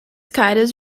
caras